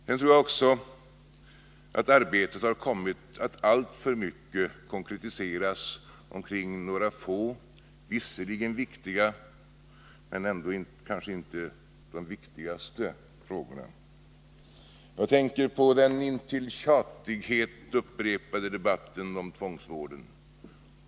Jag tror också att arbetet har kommit att alltför mycket koncentreras på några få, visserligen viktiga, frågor men kanske ändå inte de viktigaste. Jag tänker på den intill tjatighet år efter år upprepade debatten om tvångsvården.